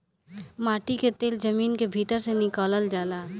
माटी के तेल जमीन के भीतर से निकलल जाला